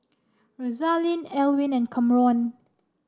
Rosaline Elwin and Camron